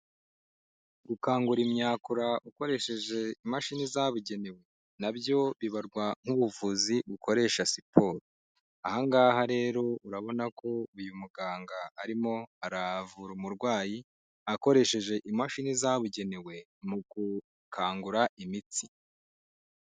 Gukangura imyakura ukoresheje imashini zabugenewe nabyo bibarwa nk'ubuvuzi bukoresha siporo, aha ngaha rero urabona ko uyu muganga arimo aravura umurwayi akoresheje imashini zabugenewe mu gukangura imitsi.